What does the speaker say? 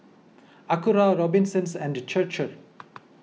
Acura Robinsons and Chir Chir